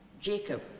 Jacob